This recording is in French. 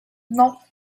non